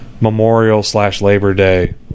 Memorial-slash-Labor-Day